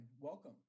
welcome